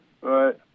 Right